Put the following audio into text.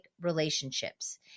relationships